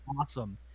awesome